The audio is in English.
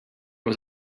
was